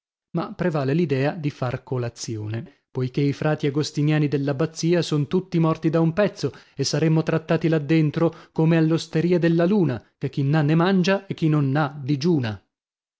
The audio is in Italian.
ma prevale l'idea di far colazione poichè i frati agostiniani dell'abbazia son tutti morti da un pezzo e saremmo trattati là dentro come all'osteria della luna che chi n'ha ne mangia e chi non n'ha digiuna